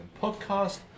podcast